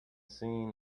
seen